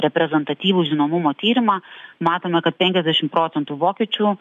reprezentatyvų žinomumo tyrimą matome kad penkiasdešim procentų vokiečių